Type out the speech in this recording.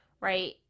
Right